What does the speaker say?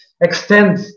extend